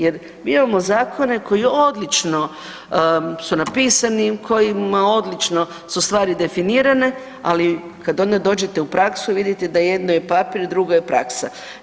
Jer mi imamo zakone koji odlično su napisani, kojima odlično su stvari definirane, ali kada onda dođete u praksu i vidite da jedno je papir a drugo je praksa.